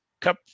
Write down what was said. Cup